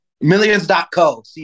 Millions.co